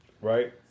Right